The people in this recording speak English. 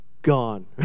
gone